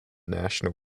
national